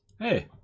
Hey